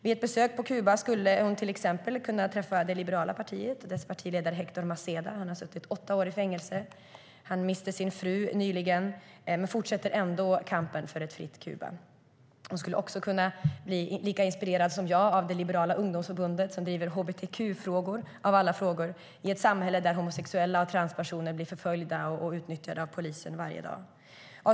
Vid ett besök på Kuba skulle hon till exempel kunna träffa det liberala partiet och dess partiledare Hector Maseda. Han har suttit åtta år i fängelse. Han miste nyligen sin fru men fortsätter ändå kampen för ett fritt Kuba. Hon skulle också kunna bli lika inspirerad som jag av det liberala ungdomsförbundet, som driver hbtq-frågor av alla frågor - i ett samhälle där homosexuella och transpersoner blir förföljda och utnyttjade av polisen varje dag.